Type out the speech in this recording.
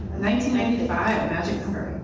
nineteen-ninety five, a magic number.